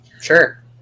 Sure